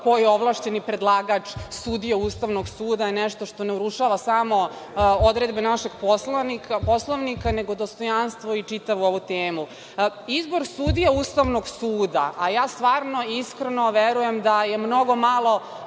ko je ovlašćeni predlagač sudija Ustavnog suda je nešto što ne urušava samo odredbe našeg Poslovnika, nego dostojanstvo i čitavu ovu temu. Izbor sudija Ustavnog suda, a ja stvarno iskreno verujem da je mnogo malo